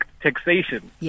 taxation